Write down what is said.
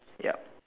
ya